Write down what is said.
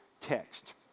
text